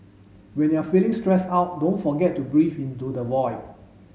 when you are feeling stressed out don't forget to breathe into the void